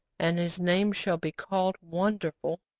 and his name shall be called wonderful,